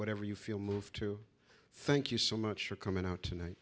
whatever you feel moved to thank you so much for coming out tonight